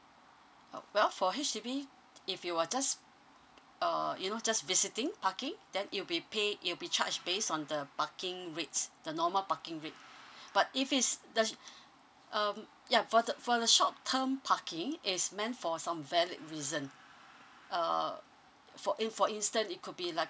uh well for H_D_B if you were just uh you know just visiting parking then it'll be paid it'll be charged based on the parking rates the normal parking rate but if it's the um ya for the for the short term parking is meant for some valid reason uh for in~ for instance it could be like